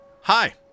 Hi